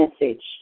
Message